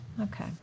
Okay